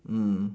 mm